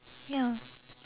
ya